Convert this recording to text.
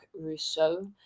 rousseau